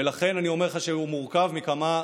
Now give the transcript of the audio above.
ולכן אני אומר לך שהוא מורכב מכמה תחומים.